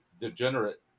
degenerate